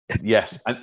Yes